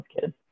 kids